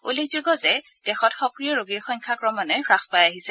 উল্লেখযোগ্য যে দেশত সক্ৰিয় ৰোগীৰ সংখ্যা ক্ৰমাঘয়ে হ্ৰাস পাই আহিছে